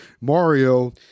Mario